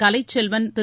Kalaiselvan Thiru